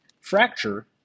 Fracture